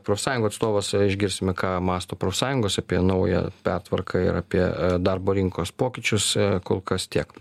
profsąjungų atstovas išgirsim ką mąsto profsąjungos apie naują pertvarką ir apie darbo rinkos pokyčius kol kas tiek